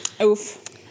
oof